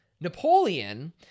Napoleon